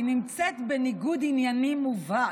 והיא נמצאת בניגוד עניינים מובהק.